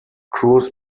cruz